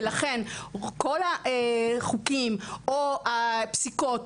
ולכן כל החוקים או הפסיקות,